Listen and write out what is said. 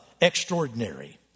extraordinary